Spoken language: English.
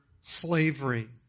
slavery